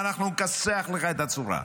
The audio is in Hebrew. אנחנו נכסח לך את הצורה.